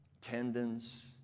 tendons